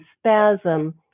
spasm